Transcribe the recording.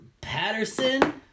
Patterson